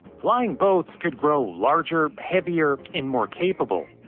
flying boats could grow larger, heavier, and more capable.